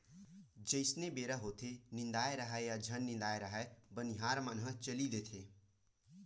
जइसने बेरा होथेये निदाए राहय या झन निदाय राहय बनिहार मन ह चली देथे